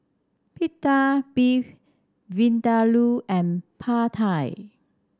Pita Beef Vindaloo and Pad Thai